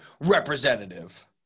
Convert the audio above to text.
representative